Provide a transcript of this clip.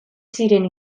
ziren